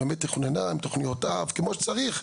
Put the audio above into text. היא באמת תוכננה עם תוכניות אב, כמו שצריך.